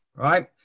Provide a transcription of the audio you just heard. right